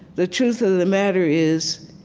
the truth of the matter is,